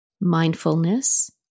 mindfulness